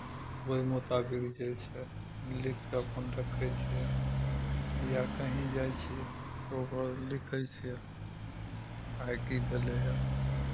ओहि मुताबिक जे छै लिखि कऽ अपन रखै छियै या कहीँ जाइ छियै तऽ ओकरो लिखै छियै आइ की भेलै हन